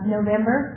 November